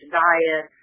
diet